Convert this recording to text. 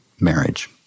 marriage